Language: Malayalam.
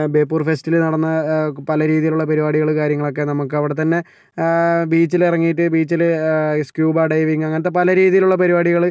ബേപ്പൂർ ഫെസ്റ്റിൽ നടന്ന പല രീതിയിലുള്ള പരുപാടികളും കാര്യങ്ങളൊക്കെ നമുക്ക് അവിടെത്തന്നെ ബീച്ചിൽ ഇറങ്ങിയിട്ട് ബീച്ചിൽ സ്ക്യൂബ ഡൈവിങ്ങ് അങ്ങനത്തെ പല രീതിയിലുള്ള പരുപാടികൾ